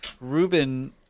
Ruben